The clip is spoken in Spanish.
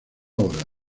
hora